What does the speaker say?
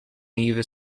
either